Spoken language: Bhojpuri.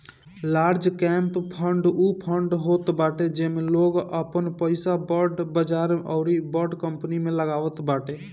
लार्ज कैंप फण्ड उ फंड होत बाटे जेमे लोग आपन पईसा के बड़ बजार अउरी बड़ कंपनी में लगावत बाटे